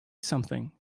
something